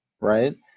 right